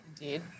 indeed